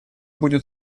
будет